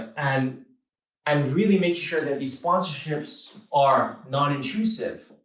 and and really make sure that these sponsorships are not intrusive.